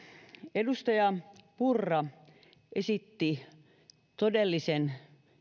edustaja purra esitti todellisen